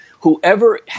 Whoever